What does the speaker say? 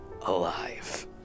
alive